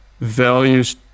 values